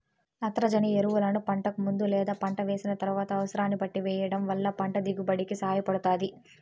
నత్రజని ఎరువులను పంటకు ముందు లేదా పంట వేసిన తరువాత అనసరాన్ని బట్టి వెయ్యటం వల్ల పంట దిగుబడి కి సహాయపడుతాది